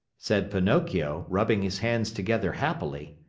said pinocchio, rubbing his hands together happily.